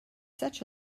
such